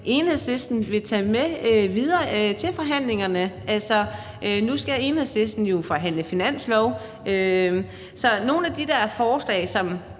Enhedslisten vil tage med videre til forhandlingerne. Altså, nu skal Enhedslisten jo forhandle finanslov, og så er der nogle